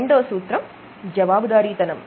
రెండో సూత్రం జవాబుదారీతనం